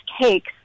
cakes